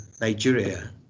Nigeria